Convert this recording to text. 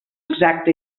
exacta